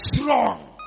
strong